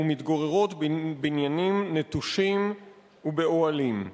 ומתגוררות בבניינים נטושים ובאוהלים.